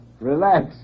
Relax